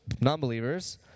non-believers